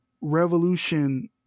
revolution